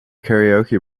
karaoke